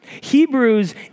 Hebrews